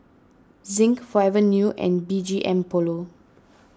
Zinc Forever New and B G M Polo